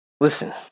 Listen